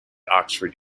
oxford